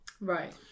Right